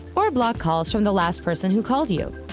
or block calls from the last person who called you.